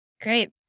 Great